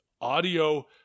audio